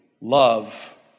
love